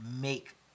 make